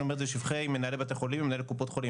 אני אומר את זה לשבח מנהלי בתי החולים ומנהלי קופות החולים,